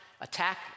Attack